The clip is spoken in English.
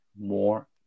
more